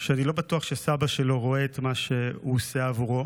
שאני לא בטוח שסבא שלו רואה את מה שהוא עושה עבורו